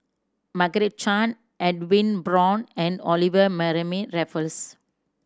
Margaret Chan Edwin Brown and Olivia Mariamne Raffles